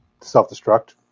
Self-Destruct